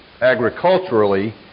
agriculturally